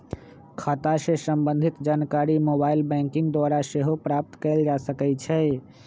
खता से संबंधित जानकारी मोबाइल बैंकिंग द्वारा सेहो प्राप्त कएल जा सकइ छै